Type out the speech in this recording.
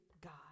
God